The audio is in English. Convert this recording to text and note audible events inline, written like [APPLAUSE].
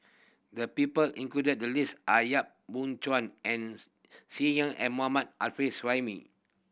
the people included in the list are Yap Boon Chuan [UNINTELLIGIBLE] and Mohammad Arif Suhaimi